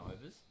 overs